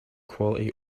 quality